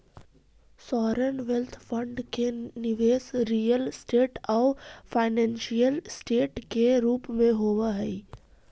sovereign wealth fund के निवेश real estate आउ फाइनेंशियल ऐसेट के रूप में होवऽ हई